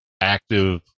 active